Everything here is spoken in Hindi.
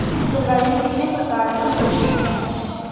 जलवायु कितने प्रकार की होती हैं?